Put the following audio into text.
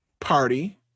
party